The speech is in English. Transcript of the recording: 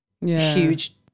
huge